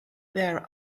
their